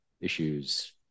issues